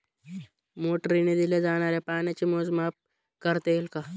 मोटरीने दिल्या जाणाऱ्या पाण्याचे मोजमाप करता येईल का?